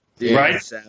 Right